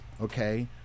okay